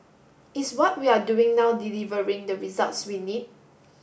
is what we are doing now delivering the results we need